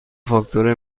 فاکتور